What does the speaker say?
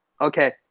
Okay